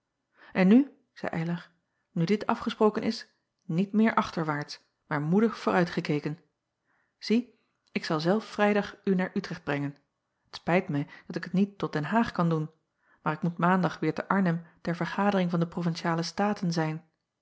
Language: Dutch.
n nu zeî ylar nu dit afgesproken is niet meer achterwaarts maar moedig vooruitgekeken ie ik zal zelf rijdag u naar trecht brengen t spijt mij dat ik het niet tot den aag kan doen maar ik moet aandag weêr te rnhem ter vergadering van de rovinciale taten zijn